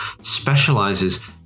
specializes